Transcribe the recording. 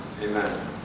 Amen